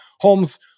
Holmes